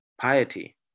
piety